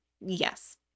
yes